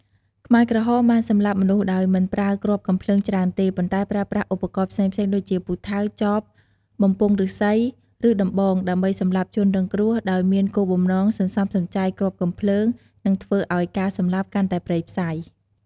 ខ្មែរក្រហមបានសម្លាប់មនុស្សដោយមិនប្រើគ្រាប់កាំភ្លើងច្រើនទេ ប៉ុន្តែប្រើប្រាស់ឧបករណ៍ផ្សេងៗដូចជា ពូថៅ ចប បំពង់ឫស្សី ឬដំបង ដើម្បីសម្លាប់ជនរងគ្រោះ ដោយមានគោលបំណងសន្សំសំចៃគ្រាប់កាំភ្លើង និងធ្វើឱ្យការសម្លាប់កាន់តែព្រៃផ្សៃ។